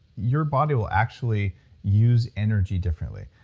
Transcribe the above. your body will actually use energy differently.